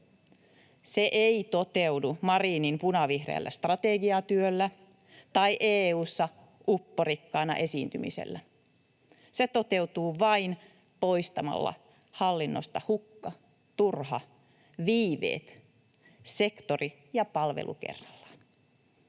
Se ei toteudu Marinin punavihreällä strategiatyöllä tai EU:ssa upporikkaana esiintymisellä. Se toteutuu vain poistamalla hallinnosta hukka, turha, viiveet, sektori ja palvelu kerrallaan.